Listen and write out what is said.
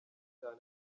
cyane